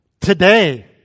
Today